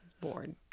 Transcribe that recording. bored